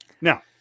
Now